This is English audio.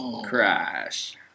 crash